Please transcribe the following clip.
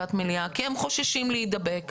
לישיבת מליאה כי הם חוששים להידבק.